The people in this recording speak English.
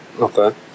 Okay